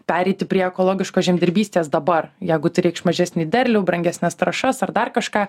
pereiti prie ekologiškos žemdirbystės dabar jeigu tai reikš mažesnį derlių brangesnes trąšas ar dar kažką